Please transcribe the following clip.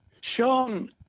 Sean